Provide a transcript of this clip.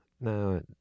No